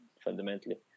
fundamentally